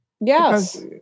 Yes